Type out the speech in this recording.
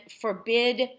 forbid